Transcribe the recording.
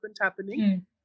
happening